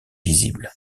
visible